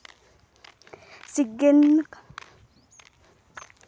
సిగ్గెందుకమ్మీ నీకోసమే కోటు ఈ బొచ్చు సేద్యం వల్లనే కాదూ ఒచ్చినాది